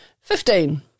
Fifteen